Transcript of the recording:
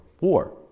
war